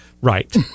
right